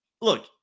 look